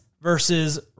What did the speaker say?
versus